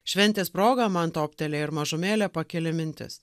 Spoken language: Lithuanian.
šventės proga man toptelėjo ir mažumėlę pakeli mintis